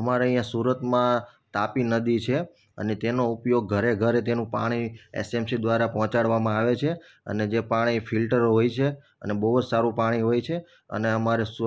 અમારે અહીંયાં સુરતમાં તાપી નદી છે અને તેનો ઉપયોગ ઘરે ઘરે તેનું પાણી એસએમસી દ્વારા પહોંચાડવામાં આવે છે અને જે પાણી ફિલ્ટર હોય છે અને બહુ જ સારું પાણી હોય છે અને અમારે સ્વ